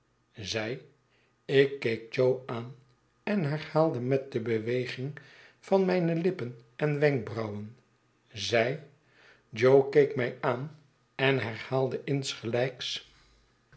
zij ik keek jo aan en herhaalde met debeweging van mijne lippen en wenkbrauwen zij jo keek mij aan en herhaalde insgelijks